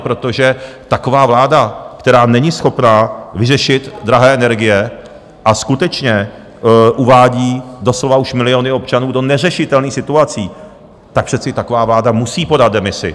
Protože taková vláda, která není schopna vyřešit drahé energie a skutečně uvádí doslova už miliony občanů do neřešitelných situací, tak přece taková vláda musí podat demisi.